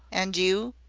and you?